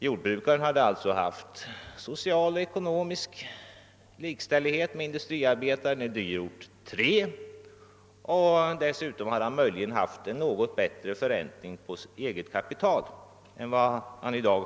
Jordbrukaren hade då haft social och ekonomisk likställighet med industriarbetaren i dyrort 3. Dessutom hade möjligen förräntningen av hans egna kapital varit något bättre än i dag.